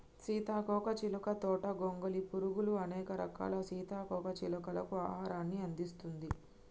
సీతాకోక చిలుక తోట గొంగలి పురుగులు, అనేక రకాల సీతాకోక చిలుకలకు ఆహారాన్ని అందిస్తుంది